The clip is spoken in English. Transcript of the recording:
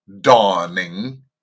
dawning